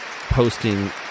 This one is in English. posting